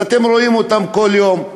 ואתם רואים אותם כל יום?